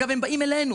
אגב, הם באים אלינו